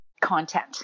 content